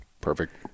Perfect